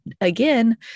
again